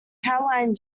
caroline